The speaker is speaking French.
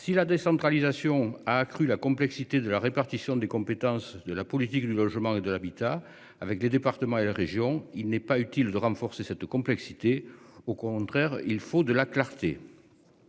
Si la décentralisation a accru la complexité de la répartition des compétences de la politique du logement et de l'habitat. Avec les départements et les régions. Il n'est pas utile de renforcer cette complexité. Au contraire, il faut de la clarté.